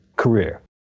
career